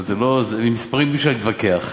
עם מספרים אי-אפשר להתווכח.